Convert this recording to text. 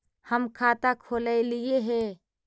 हम खाता खोलैलिये हे?